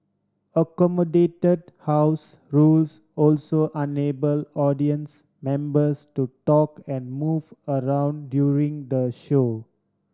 accommodated house rules also enable audience members to talk and move around during the show